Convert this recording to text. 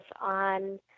on